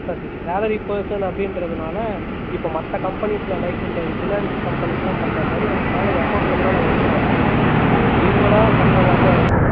sir நீங்கள் salary person அப்படின்றதுனால் இப்போ மற்ற கம்பெனிஸ்லஸ் லைக் இந்த ஃபினான்ஸ் கம்பெனியெல்லாம் பண்ணுற மாதிரி உங்கள் சேலரி அகௌண்ட்டில் இருந்தெல்லாம் எடுக்க மாட்டோம் நீங்களாக கட்டுற மாதிரி தான் இருக்கும்